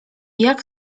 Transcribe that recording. jak